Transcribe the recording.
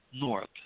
north